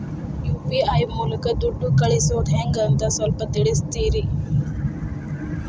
UPI ಮೂಲಕ ದುಡ್ಡು ಕಳಿಸೋದ ಹೆಂಗ್ ಅಂತ ಸ್ವಲ್ಪ ತಿಳಿಸ್ತೇರ?